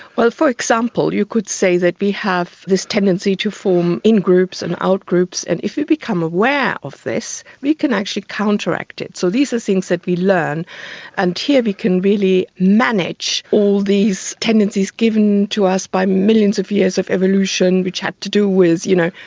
well, for example, you could say that we have this tendency to form in-groups and out-groups and if you become aware of this, you can actually counteract it. so these are things that we learn until we can really manage all these tendencies given to us by millions of years of evolution which have to do with, you know,